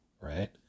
Right